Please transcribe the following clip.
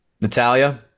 Natalia